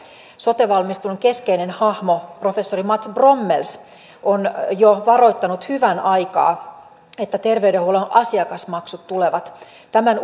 sote valmistelun keskeinen hahmo professori mats brommels on jo varoittanut hyvän aikaa että terveydenhuollon asiakasmaksut tulevat tämän